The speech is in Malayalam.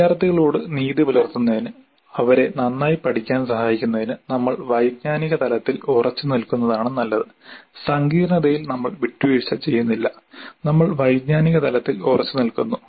വിദ്യാർത്ഥികളോട് നീതി പുലർത്തുന്നതിന് അവരെ നന്നായി പഠിക്കാൻ സഹായിക്കുന്നതിന് നമ്മൾ വൈജ്ഞാനിക തലത്തിൽ ഉറച്ചുനിൽക്കുന്നതാണ് നല്ലത് സങ്കീർണ്ണതയിൽ നമ്മൾ വിട്ടുവീഴ്ച ചെയ്യുന്നില്ല നമ്മൾ വൈജ്ഞാനിക തലത്തിൽ ഉറച്ചുനിൽക്കുന്നു